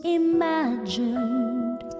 imagined